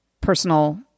personal